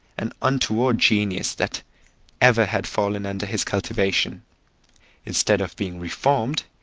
and untoward genius that ever had fallen under his cultivation instead of being reformed,